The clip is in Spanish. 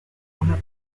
una